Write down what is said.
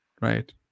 Right